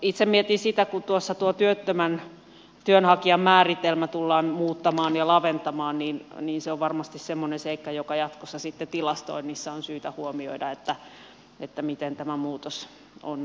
itse mietin sitä kun työttömän työnhakijan määritelmä tullaan muuttamaan ja laventamaan niin se on varmasti semmoinen seikka josta jatkossa sitten tilastoinnissa on syytä huomioida miten tämä muutos on vaikuttanut